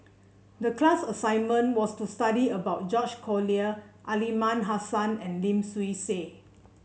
the class assignment was to study about George Collyer Aliman Hassan and Lim Swee Say